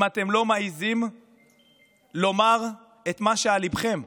אם אתם לא מעיזים לומר את מה שעל ליבכם?